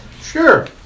Sure